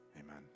amen